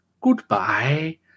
Goodbye